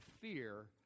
fear